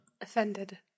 Offended